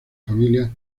familia